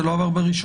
זה לא עבר בראשונה,